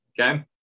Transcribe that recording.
Okay